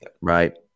right